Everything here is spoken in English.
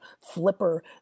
flipper